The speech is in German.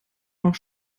noch